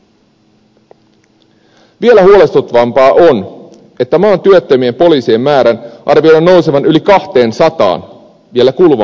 vielä huolestuttavampaa on että maan työttömien poliisien määrän arvioidaan nousevan yli kahteensataan vielä kuluvan vuoden aikana